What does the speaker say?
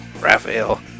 Raphael